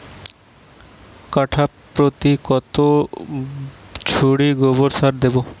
কাঠাপ্রতি কত ঝুড়ি গোবর সার দেবো?